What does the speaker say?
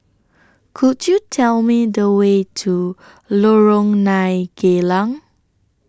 Could YOU Tell Me The Way to Lorong nine Geylang